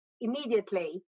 immediately